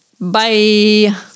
Bye